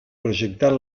proyectar